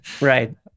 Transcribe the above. Right